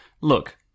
look